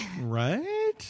Right